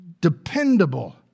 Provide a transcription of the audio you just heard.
dependable